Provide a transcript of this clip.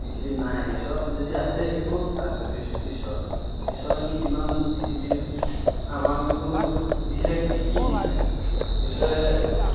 পৃথিৱীত নাই ঈশ্বৰত যদি আছেই এই ক'ত আছে ঈশ্বৰ ঈশ্বৰেনো কিমান পৃথিৱীৰ আমাকনো দিছে কি কি দিছে ঈশ্বৰে